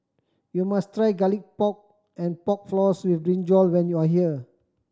you must try Garlic Pork and Pork Floss with brinjal when you are here